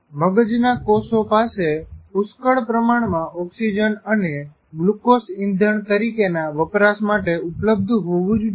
મગજના કોષો પાસે પુષ્કળ પ્રમાણમાં ઓક્સિજન અને ગ્લુકોઝ ઈંધણ તરીકેના વપરાશ માટે ઉપલબ્ધ હોવું જ જોઇએ